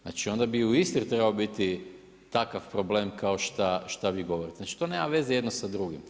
Znači onda bi u Istri trebao biti takav problem kao šta vi govorite, a što nema veze jedno sa drugim.